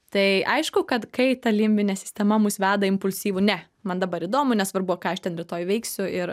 tai aišku kad kai ta limbinė sistema mus veda į impulsyvų ne man dabar įdomu nesvarbu ką aš ten rytoj veiksiu ir